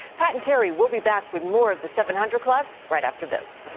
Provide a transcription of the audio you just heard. pat and terry will be back with more of the seven hundred club right after this.